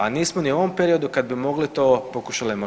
A nismo ni u ovom periodu kad bi mogli to, pokušali